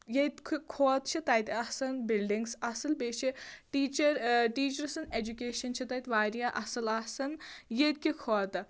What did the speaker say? ییٚتہِ کھۄتہٕ چھِ تَتہِ آسان بِلڈِنٛگٔز اَصٕل بیٚیہِ چھِ ٹیٖچر آ ٹیٖچرٕ سُنٛد ایجوٗکیشَن چھِ تَتہِ واریاہ اَصٕل آسان ییٚتکہِ کھۅتہٕ